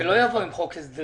זה לא יבוא עם חוק הסדרים.